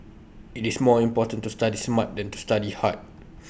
IT is more important to study smart than to study hard